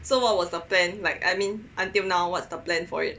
so what was the plan like I mean until now what's the plan for it